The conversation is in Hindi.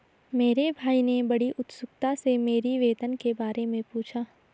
मेरे भाई ने बड़ी उत्सुकता से मेरी वेतन के बारे मे पूछा